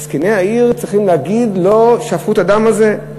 זקני העיר צריכים להגיד "לא שפכו את הדם הזה"?